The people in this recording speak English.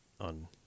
on